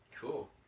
cool